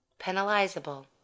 Penalizable